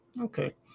Okay